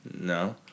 No